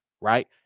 right